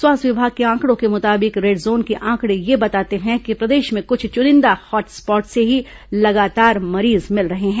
स्वास्थ्य विभाग के आंकड़ों के मुताबिक रेड जोन के आंकड़े ये बताते हैं कि प्रदेश में कुछ चुनिंदा हॉटस्पाट से ही लगातार मरीज मिल रहे हैं